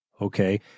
okay